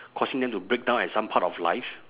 causing them to break down at some part of life